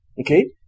Okay